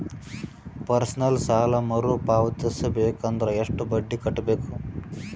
Personal ಸಾಲ ಮರು ಪಾವತಿಸಬೇಕಂದರ ಎಷ್ಟ ಬಡ್ಡಿ ಕಟ್ಟಬೇಕು?